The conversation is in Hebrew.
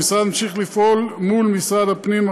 המשרד ממשיך לפעול מול משרד הפנים,